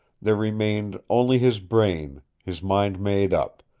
there remained only his brain, his mind made up,